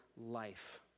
life